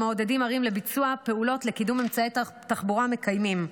מעודדים ערים לביצוע פעולות לקידום אמצעי תחבורה מקיימים.